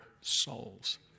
souls